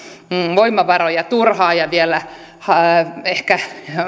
voimavaroja turhaan ja vielä ehkä